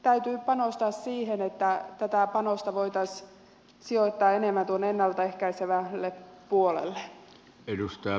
täytyy panostaa siihen että tätä panosta voitaisiin sijoittaa enemmän tuonne ennalta ehkäisevälle puolelle